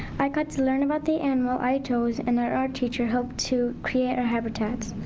i got to learn about the animal i chose and our art teacher helped to create our habitats.